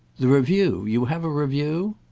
the review you have a review?